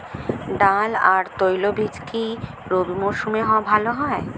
ডাল আর তৈলবীজ কি রবি মরশুমে ভালো হয়?